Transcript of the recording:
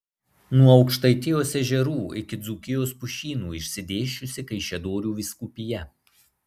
nuo aukštaitijos ežerų iki dzūkijos pušynų išsidėsčiusi kaišiadorių vyskupija